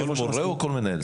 כל מורה או כל מנהל?